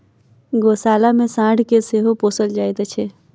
गोशाला मे साँढ़ के सेहो पोसल जाइत छै